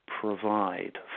provide